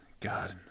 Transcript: god